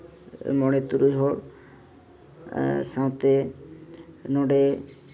ᱢᱚᱬᱮ ᱛᱩᱨᱩᱭ ᱦᱚᱲ ᱥᱟᱶᱛᱮ ᱱᱚᱰᱮ